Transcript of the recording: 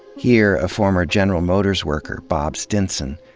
here, a former general motors worker, bob stinson,